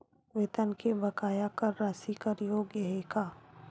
वेतन के बकाया कर राशि कर योग्य हे का?